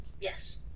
Yes